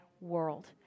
world